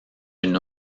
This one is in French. une